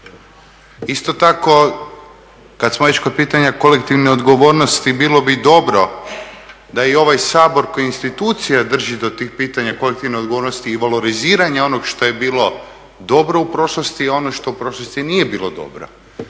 Isto tako kada smo već kod pitanja kolektivne odgovornosti bilo bi dobro da ovaj Sabor kao institucija drži do tih pitanja kolektivne odgovornosti i valoriziranja onog što je bilo dobro u prošlosti i ono što u prošlosti nije bilo dobro.